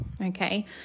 okay